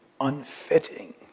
unfitting